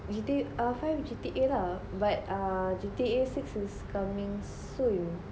G_T_A five ah G_T_A lah but ah G_T_A six is coming soon